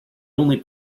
only